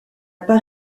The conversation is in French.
pas